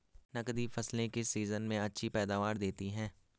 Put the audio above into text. नकदी फसलें किस सीजन में अच्छी पैदावार देतीं हैं?